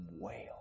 whale